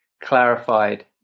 clarified